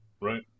right